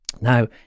Now